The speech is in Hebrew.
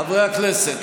חברי הכנסת,